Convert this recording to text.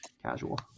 casual